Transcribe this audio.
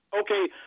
Okay